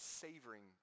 savoring